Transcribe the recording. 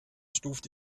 stuft